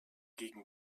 gegen